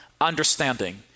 understanding